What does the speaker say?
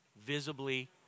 Visibly